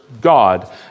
God